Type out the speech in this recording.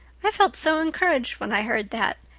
i felt so encouraged when i heard that.